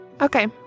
Okay